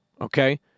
Okay